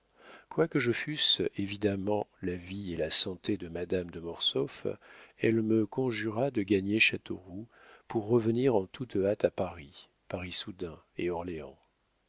quoique je fusse évidemment la vie et la santé de madame de mortsauf elle me conjura de gagner châteauroux pour revenir en toute hâte à paris par issoudun et orléans